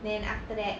then after that